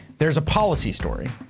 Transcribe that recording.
there's a policy story,